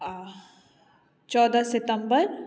आ चौदह सितम्बर